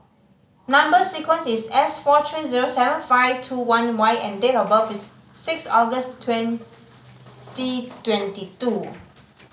number sequence is S four three zero seven five two one Y and date of birth is six August twenty twenty two